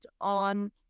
on